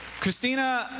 christina